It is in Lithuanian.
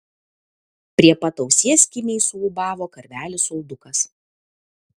prie pat ausies kimiai suūbavo karvelis uldukas